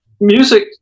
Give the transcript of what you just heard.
music